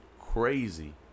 crazy